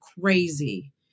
crazy